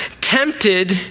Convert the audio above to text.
tempted